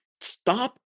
stop